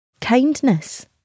kindness